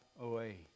away